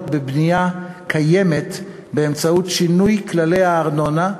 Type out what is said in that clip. בבנייה קיימת באמצעות שינוי כללי הארנונה,